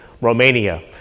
Romania